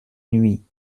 nuit